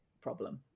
problem